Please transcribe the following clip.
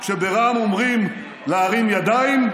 כשברע"מ אומרים להרים ידיים,